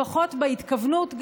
לפחות בהתכוונות,